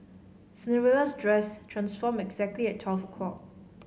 Cinderella's dress transformed exactly at twelve o'clock